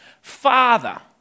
Father